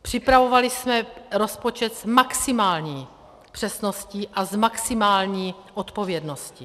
Připravovali jsme rozpočet s maximální přesností a s maximální odpovědností.